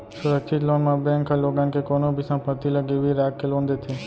सुरक्छित लोन म बेंक ह लोगन के कोनो भी संपत्ति ल गिरवी राख के लोन देथे